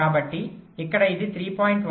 కాబట్టి ఇక్కడ ఇది 3